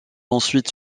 ensuite